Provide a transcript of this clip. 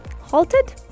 halted